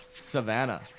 Savannah